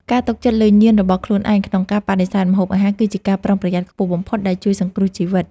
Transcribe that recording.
ការទុកចិត្តលើញាណរបស់ខ្លួនឯងក្នុងការបដិសេធម្ហូបអាហារគឺជាការប្រុងប្រយ័ត្នខ្ពស់បំផុតដែលជួយសង្គ្រោះជីវិត។